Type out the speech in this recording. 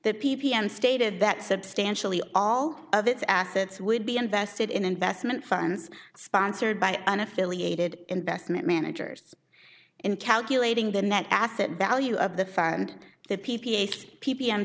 that p p m stated that substantially all of its assets would be invested in investment funds sponsored by an affiliated investment managers in calculating the net asset value of the fund the p p s p p m